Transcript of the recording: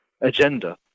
agenda